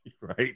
right